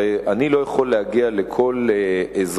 הרי אני לא יכול להגיע לכל אזרח